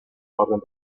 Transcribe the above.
orden